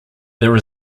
there